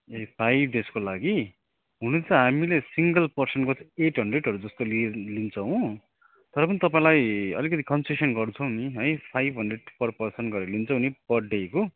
ए five डेसको लागि हुन्छ हामीले सिङ्गल पर्सनको चाहिँ एट हन्ड्रेडहरू जस्तो लि लिन्छौँ हो तर पनि तपाईँलाई अलिकति कन्सेसन गर्छौँ नि है फाइभ हन्ड्रेड पर पर्सन गरेर लिन्छौँ नि पर डेको